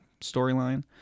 storyline